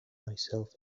myself